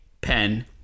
pen